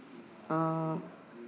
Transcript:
uh